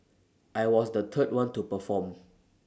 I was the third one to perform